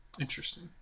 interesting